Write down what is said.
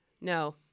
no